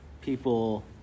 people